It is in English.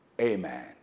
amen